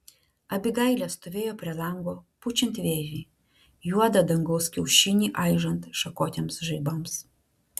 abigailė stovėjo prie lango pučiant vėjui juodą dangaus kiaušinį aižant šakotiems žaibams